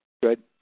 Good